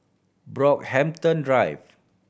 Brockhampton Drive